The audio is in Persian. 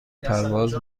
پرواز